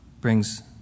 brings